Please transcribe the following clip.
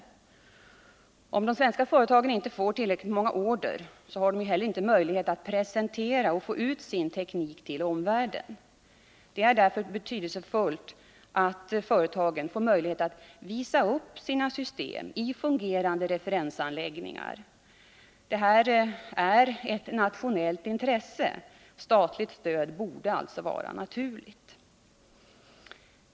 Om de svenska företagen inte får tillräckligt många order, har de inte heller möjlighet att presentera sin teknik och få ut den till omvärlden. Det är därför betydelsefullt att företagen får möjlighet att visa upp sina system i fungerande referensanläggningar. Detta är ett nationellt intresse. Statligt stöd borde därför vara naturligt.